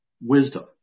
wisdom